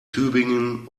tübingen